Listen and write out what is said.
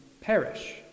perish